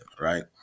right